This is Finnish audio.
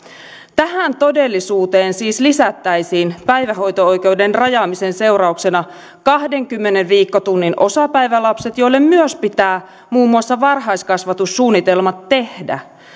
tähän todellisuuteen siis lisättäisiin päivähoito oikeuden rajaamisen seurauksena kahdenkymmenen viikkotunnin osapäivälapset joille myös pitää muun muassa varhaiskasvatussuunnitelmat tehdä